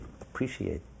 appreciate